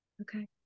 Okay